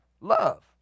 love